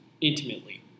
intimately